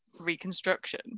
reconstruction